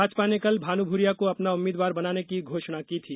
भाजपा ने कल भानु भूरिया को अपना उम्मीदवार बनाने की घोषणा की थी